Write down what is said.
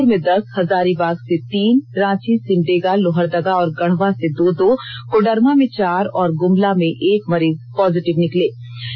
जमषेदपुर में दस हजारीबाग से तीन रांची सिमडेगा लोहरदगा और गढ़वा से दो दो कोडरमा में चार और गुमला में एक मरीज पॉजिटिव निकले